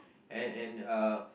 and and uh